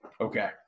okay